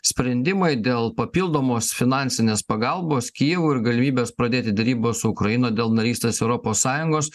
sprendimai dėl papildomos finansinės pagalbos kijevui ir galimybės pradėti derybas su ukraina dėl narystės europos sąjungos